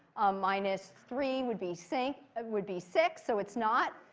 minus three would be sync would be six. so it's not.